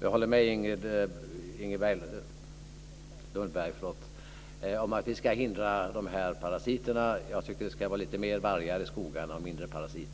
Jag håller med Inger Lundberg om att vi ska hindra dessa parasiter. Jag tycker att det ska vara lite mer vargar i skogarna och mindre parasiter.